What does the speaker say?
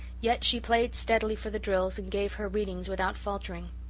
yet she played steadily for the drills and gave her readings without faltering